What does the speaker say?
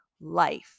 life